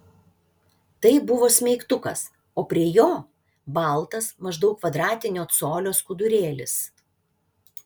tai buvo smeigtukas o prie jo baltas maždaug kvadratinio colio skudurėlis